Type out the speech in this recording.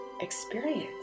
experience